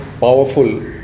powerful